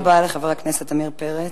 תודה רבה לחבר הכנסת עמיר פרץ.